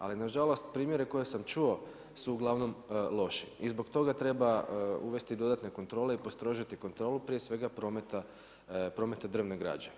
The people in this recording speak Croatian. Ali na žalost primjere koje sam čuo su uglavnom loši i zbog toga treba uvesti dodatne kontrole i postrožiti kontrolu, prije svega prometa drvne građe.